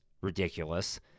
Ridiculous